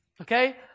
Okay